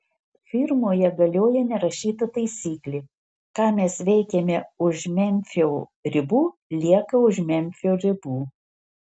firmoje galioja nerašyta taisyklė ką mes veikiame už memfio ribų lieka už memfio ribų